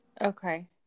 Okay